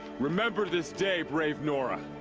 remember this day, brave nora!